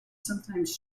sometimes